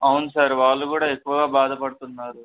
అవును సార్ వాళ్ళు కూడా ఎక్కువగా బాధపడుతున్నారు